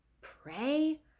pray